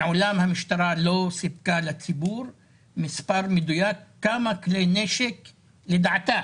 מעולם המשטרה לא סיפקה לציבור מספר מדויק כמה כלי נשק לדעתה